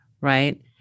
Right